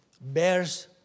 bears